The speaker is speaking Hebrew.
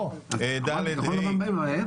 ה',